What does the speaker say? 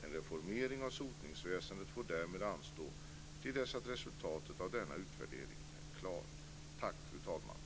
En reformering av sotningsväsendet får därmed anstå till dess att resultatet av denna utvärdering är klar.